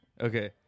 Okay